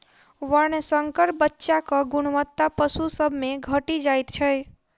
वर्णशंकर बच्चाक गुणवत्ता पशु सभ मे घटि जाइत छै